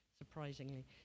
surprisingly